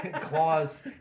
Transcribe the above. Claws